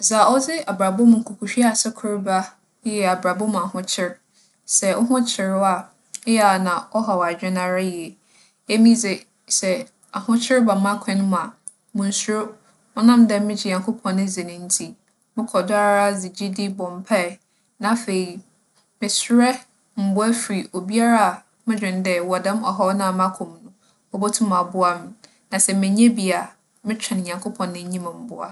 Dza ͻdze abrabͻ mu nkukuhwease kor ba yɛ abrabͻ mu ahokyer. Sɛ woho kyer wo a, eyɛ a na ͻhaw adwen ara yie. Emi dze sɛ ahokyer ba m'akwan mu a, munnsuro. ͻnam dɛ megye Nyankopͻn dzi no ntsi, mokͻ do ara dze gyedi bͻ mpaa. Na afei, meserɛ mboa fi obiara a modwen dɛ wͻ dɛm ͻhaw a makͻ mu no, obotum aboa me no. Na sɛ mennya bi a, motweͻn Nyankopͻn N'enyim mboa.